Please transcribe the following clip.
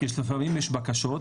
לפעמים יש בקשות,